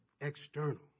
external